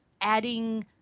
adding